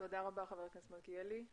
תודה רבה ח"כ מלכיאלי.